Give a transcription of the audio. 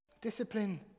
Discipline